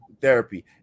therapy